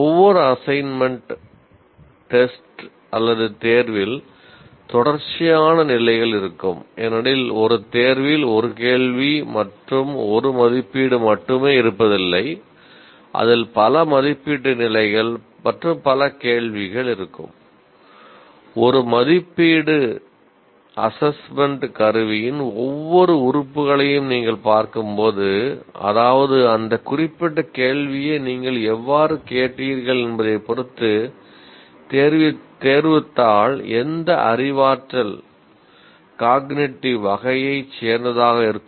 ஒவ்வொரு அசைன்மென்ட்ஸ் மட்டும் இருப்பது இல்லை அதில் பல மதிப்பீட்டு நிலைகள் மற்றும் பல கேள்விகள் இருக்கும்